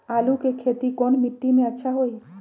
आलु के खेती कौन मिट्टी में अच्छा होइ?